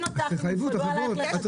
--- ביקשו -- זה